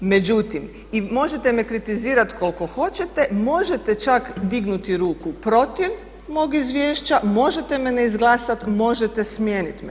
Međutim, i možete me kritizirati koliko hoćete, možete čak dignuti ruku protiv mog izvješća, možete me neizglasat, možete smijenit me.